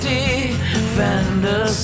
Defender